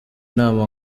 inama